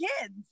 kids